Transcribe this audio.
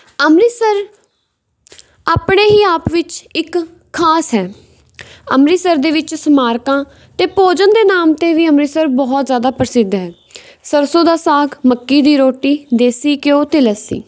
ਅੰਮ੍ਰਿਤਸਰ ਆਪਣੇ ਹੀ ਆਪ ਵਿੱਚ ਇੱਕ ਖਾਸ ਹੈ ਅੰਮ੍ਰਿਤਸਰ ਦੇ ਵਿੱਚ ਸਮਾਰਕਾਂ ਅਤੇ ਭੋਜਨ ਦੇ ਨਾਮ 'ਤੇ ਵੀ ਅੰਮ੍ਰਿਤਸਰ ਬਹੁਤ ਜ਼ਿਆਦਾ ਪ੍ਰਸਿੱਧ ਹੈ ਸਰਸੋਂ ਦਾ ਸਾਗ ਮੱਕੀ ਦੀ ਰੋਟੀ ਦੇਸੀ ਘਿਉ ਅਤੇ ਲੱਸੀ